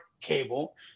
cable